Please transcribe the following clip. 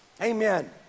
Amen